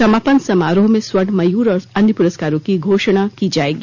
समापन समारोह में स्वर्ण मयूर और अन्य प्रस्कारों की घोषणा की जाएगी